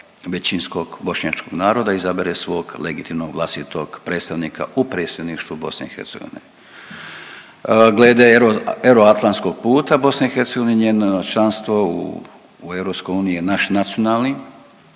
većinskog bošnjačkog naroda izabere svog legitimnog vlastitog predstavnika u predsjedništvu BIH. Glede euroatlantskog puta BIH njeno članstvo u EU je naš nacionalni